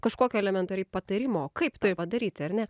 kažkokio elementariai patarimo kaip tai padaryti ar ne